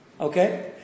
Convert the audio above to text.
Okay